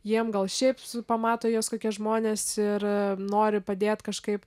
jiem gal šiaip su pamato juos kokie žmonės ir nori padėt kažkaip